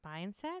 mindset